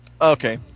Okay